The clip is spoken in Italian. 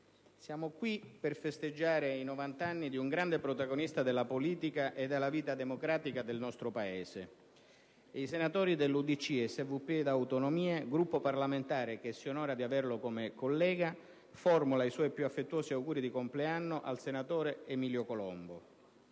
siamo qui per festeggiare i 90 anni di un grande protagonista della politica e della vita democratica del nostro Paese: i senatori dell'UDC, SVP, Io Sud e Autonomie, Gruppo parlamentare che si onora di averlo come componente, formulano i loro più affettuosi auguri di compleanno al senatore Emilio Colombo.